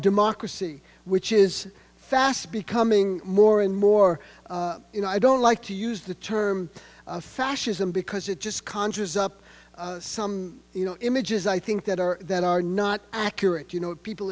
democracy which is fast becoming more and more you know i don't like to use the term fascism because it just conjures up some you know images i think that are that are not accurate you know people